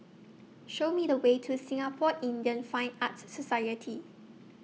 Show Me The Way to Singapore Indian Fine Arts Society